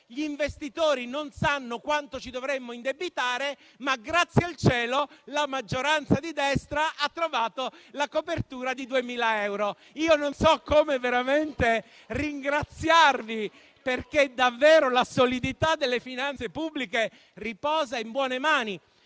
Gli investitori non sanno quanto ci dovremo indebitare, ma, grazie al cielo, la maggioranza di destra ha trovato la copertura di 2.000 euro. Io non so veramente come ringraziarvi, perché davvero la solidità delle finanze pubbliche riposa in buone mani.